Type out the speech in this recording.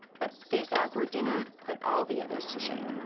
but this awkward dinner put all the others to shame.